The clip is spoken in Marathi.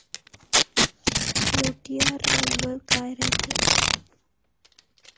यू.टी.आर नंबर काय रायते?